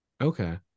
Okay